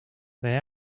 they